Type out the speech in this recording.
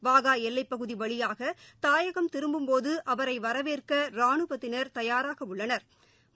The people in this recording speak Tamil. வாகா எல்லைப்பகுதி வழியாக தாயகம் திரும்பும்போது அவரை வரவேற்க ரானுவத்தினர் தயாராக உள்ளனா்